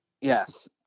yes